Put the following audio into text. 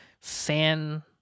fan